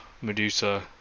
Medusa